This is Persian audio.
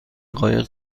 قایق